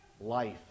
life